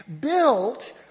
built